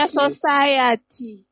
society